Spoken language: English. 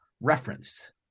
referenced